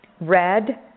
Red